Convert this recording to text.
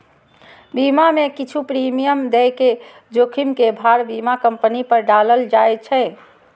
बीमा मे किछु प्रीमियम दए के जोखिम के भार बीमा कंपनी पर डालल जाए छै